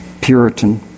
Puritan